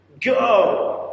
go